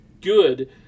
good